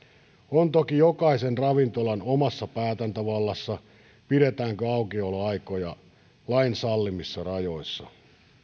on toki jokaisen ravintolan omassa päätäntävallassa pidetäänkö aukioloaikoja lain sallimissa rajoissa